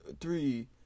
three